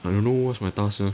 I don't know what's my task sia